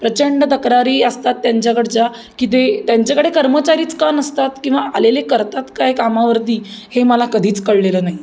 प्रचंड तक्रारी असतात त्यांच्याकडच्या की ते त्यांच्याकडे कर्मचारीच का नसतात किंवा आलेले करतात काय कामावरती हे मला कधीच कळलेलं नाही